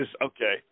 Okay